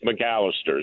McAllister's